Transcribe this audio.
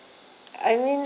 I mean